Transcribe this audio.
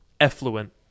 effluent